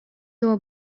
дуо